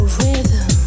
rhythm